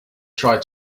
tried